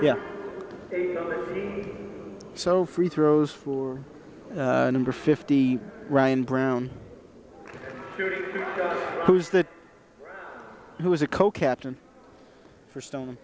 yeah so free throws for number fifty ryan brown who's the who is a co captain for s